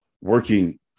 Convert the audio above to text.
working